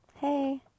Hey